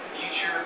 Future